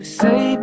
say